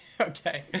Okay